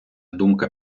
думка